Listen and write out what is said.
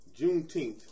Juneteenth